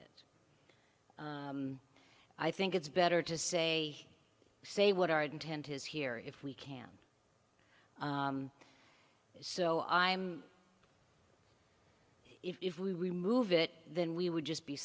it i think it's better to say say what our intent is here if we can so i'm if we remove it then we would just be